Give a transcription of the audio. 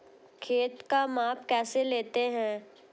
खेत का माप कैसे लेते हैं?